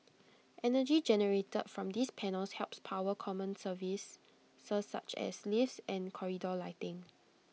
energy generated from these panels helps power common services such as lifts and corridor lighting